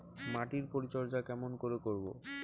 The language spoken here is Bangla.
মাটির পরিচর্যা কেমন করে করব?